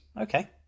Okay